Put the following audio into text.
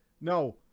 No